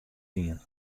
dien